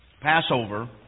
Passover